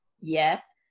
Yes